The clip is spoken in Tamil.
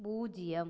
பூஜ்ஜியம்